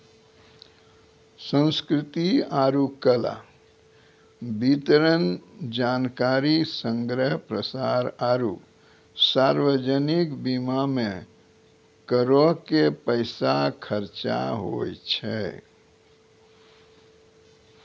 संस्कृति आरु कला, वितरण, जानकारी संग्रह, प्रसार आरु सार्वजनिक बीमा मे करो के पैसा खर्चा होय छै